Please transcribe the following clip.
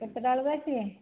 କେତେଟା ବେଳକୁ ଆସିବେ